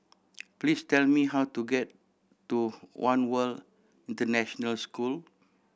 please tell me how to get to One World International School